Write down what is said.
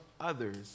others